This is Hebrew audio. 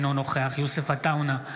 אינו נוכח יוסף עטאונה,